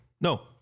No